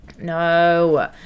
No